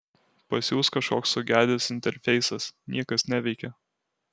pas juos kažkoks sugedęs interfeisas niekas neveikia